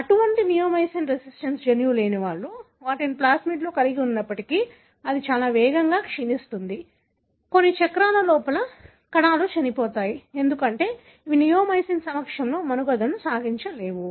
అటువంటి neomycin resistance జన్యువు లేని వారు వాటిని ప్లాస్మిడ్లో కలిగి ఉన్నప్పటికీ ఇది చాలా వేగంగా క్షీణిస్తుంది కొన్ని చక్రాల లోపల కణాలు చనిపోతాయి ఎందుకంటే అవి నియోమైసిన్ సమక్షంలో మనుగడ సాగించలేవు